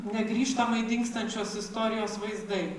negrįžtamai dingstančios istorijos vaizdai